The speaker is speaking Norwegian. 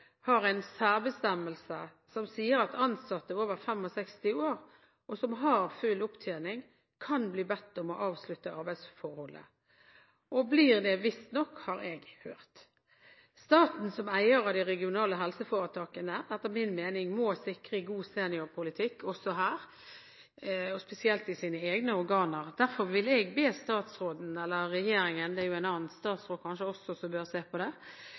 har en særbestemmelse som sier at ansatte over 65 år som har full opptjening, kan bli bedt om å avslutte arbeidsforholdet, og blir det visstnok, har jeg hørt. Staten som eier av de regionale helseforetakene må etter min mening sikre god seniorpolitikk også her og spesielt i sine egne organer. Derfor vil jeg be statsråden, eller regjeringen – det er jo en annen statsråd som kanskje også bør se på det